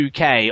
UK